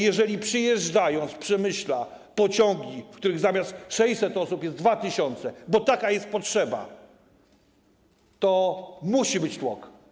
Jeżeli przyjeżdżają z Przemyśla pociągi, w których zamiast 600 osób jest 2 tys., bo taka jest potrzeba, to musi być tłok.